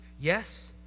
yes